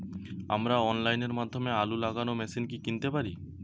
আমরা অনলাইনের মাধ্যমে আলু লাগানো মেশিন কি কিনতে পারি?